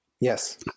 Yes